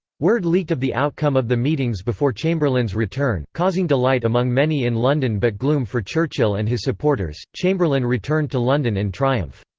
word leaked of the outcome of the meetings before chamberlain's return, causing delight among many in london but gloom for churchill and his supporters chamberlain returned to london in triumph.